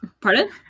Pardon